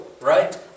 right